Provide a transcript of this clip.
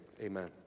Amen